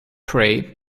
pray